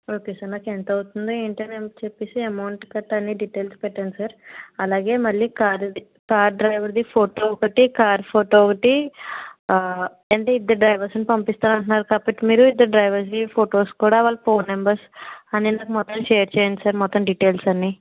okay sir మాకు ఎంత అవుతుంది ఏంటి అని చెప్పేసి అమౌంట్ గట్ట అన్ని డీటెయిల్స్ పెట్టండి సార్ అలాగే మళ్ళీ కార్ కార్ డ్రైవర్ది ఫోటో ఒకటి కార్ ఫోటో ఒకటి ఏంటి ఇద్దరు డ్రైవర్స్ను పంపిస్తారు అంటున్నారు కదా కాబట్టి మీరు ఇద్దరు డ్రైవర్స్ది ఫొటోస్ కూడా వాళ్ళ ఫోన్ నంబర్స్ అన్ని నాకు మొత్తం షేర్ చేయండి సార్ మొత్తం డీటెయిల్స్ అన్ని